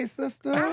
sister